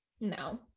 No